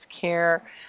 care